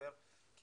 כי